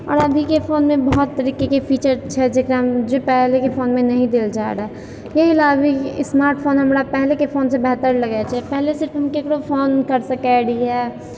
आओर अभीके फोनमे बहत तरीकेँकेँ फीचर छै जेकरामे जे पहिलेके फोनमे नहि देल जाए रहए एहि ला अभी स्मार्ट फोन हमरा पहिलेके फोनसँ बेहतर लगै छै पहिले सिर्फ हम केकरो फोन कर सकै रहियै